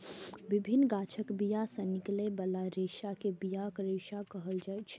विभिन्न गाछक बिया सं निकलै बला रेशा कें बियाक रेशा कहल जाइ छै